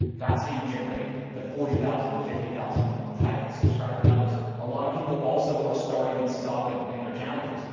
that's how you generate. the forty thousand to fifty thousand type subscriber numbers. a lot of people also are starting and stopping in their challenges.